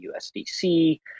USDC